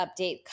update